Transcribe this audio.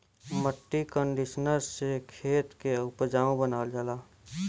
मट्टी कंडीशनर से खेत के उपजाऊ बनावल जाला